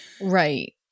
Right